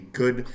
good